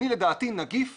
לדעתי נגיף